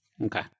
Okay